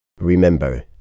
Remember